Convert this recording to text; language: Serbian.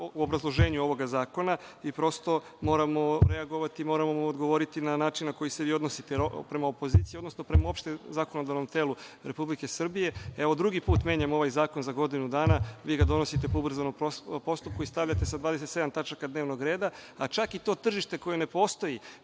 u obrazloženju ovoga zakona i prosto moramo reagovati, moramo vam odgovoriti na način na koji se vi odnosite prema opoziciji, odnosno prema uopšte zakonodavnom telu Republike Srbije. Evo, drugi put menjamo ovaj zakon za godinu dana. Vi ga donosite po uzbranom postupku i stavljate sa 27 tačaka dnevnog reda, a čak i to tržište koje ne postoji,